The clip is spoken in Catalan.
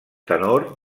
tenor